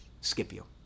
Scipio